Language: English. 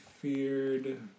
feared